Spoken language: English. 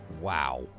wow